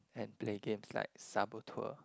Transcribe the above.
and play games like saboteur